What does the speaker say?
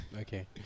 Okay